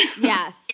Yes